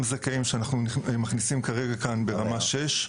זכאים שאנחנו מכניסים כאן כרגע ברמה (6),